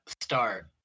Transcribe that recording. start